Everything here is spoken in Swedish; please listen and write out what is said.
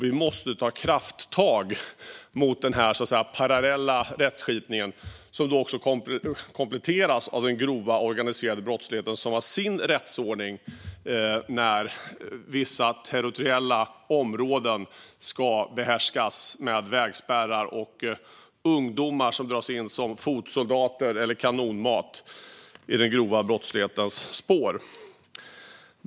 Vi måste ta krafttag mot den parallella rättskipningen, som också kompletteras av den grova organiserade brottsligheten som har sin rättsordning när vissa territoriella områden ska behärskas med vägspärrar och ungdomar dras in som fotsoldater eller kanonmat i den grova brottslighetens spår.